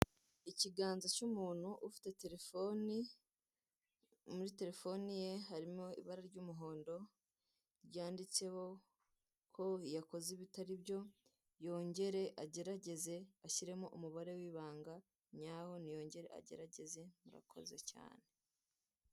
Ikiganza cy'umuntu ufite terefone, muri terefone ye harimo ibara ry'umuhondo ryanditseho ko yakoze ibitaribyo, yongere agerageze ashyiremo umubare w'ibanga nyawo yongere agerageze, murakoze cyane.